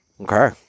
okay